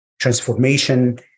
transformation